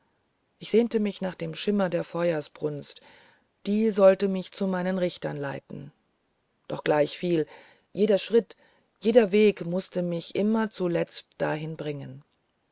ich sehnte mich nach dem schimmer der feuersbrunst die sollte mich zu meinen richtern leiten doch gleichviel jeder schritt jeder weg mußte mich immer zuletzt dahin bringen